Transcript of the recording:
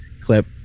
clip